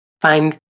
Find